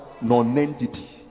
Non-entity